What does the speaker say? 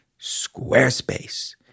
Squarespace